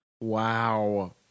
Wow